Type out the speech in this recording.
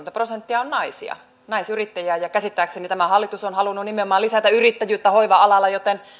prosenttia on naisia naisyrittäjiä ja käsittääkseni tämä hallitus on halunnut nimenomaan lisätä yrittäjyyttä hoiva alalla joten